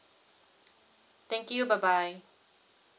thank you bye bye